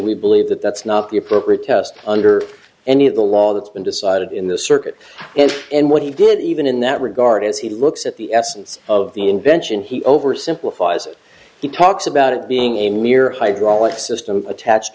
we believe that that's not the appropriate test under any of the law that's been decided in the circuit and in what he did even in that regard as he looks at the essence of the invention he oversimplifies it he talks about it being a mirror hydraulic system attached